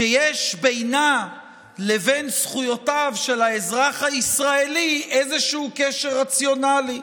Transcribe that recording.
שיש בינה לבין זכויותיו של האזרח הישראלי איזשהו קשר רציונלי.